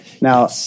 now